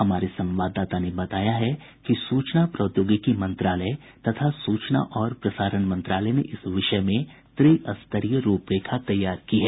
हमारे संवाददाता ने बताया है कि सूचना प्रौद्योगिकी मंत्रालय तथा सूचना और प्रसारण मंत्रालय ने इस विषय में त्रिस्तरीय रूपरेखा तैयार की है